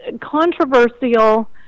controversial